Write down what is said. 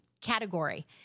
category